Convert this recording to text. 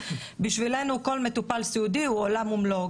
בשבילנו כל מטופל סיעודי הוא עולם ומלואו,